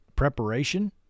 preparation